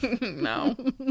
No